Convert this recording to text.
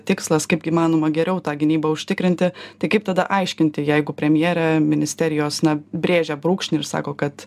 tikslas kaip įmanoma geriau tą gynybą užtikrinti tai kaip tada aiškinti jeigu premjerė ministerijos na brėžia brūkšnį ir sako kad